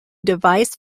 device